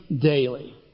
daily